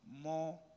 more